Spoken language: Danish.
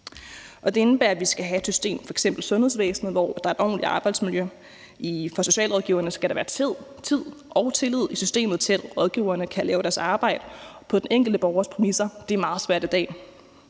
Det indebærer, at vi skal have et system, f.eks. i sundhedsvæsenet, hvor der er et ordentligt arbejdsmiljø. For socialrådgiverne skal der være tid og tillid i systemet til, at rådgiverne kan lave deres arbejde på den enkelte borgers præmisser. Det er meget svært i dag.